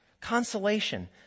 consolation